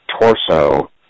torso